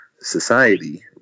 society